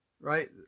Right